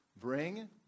Bring